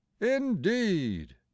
indeed